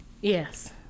yes